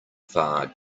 far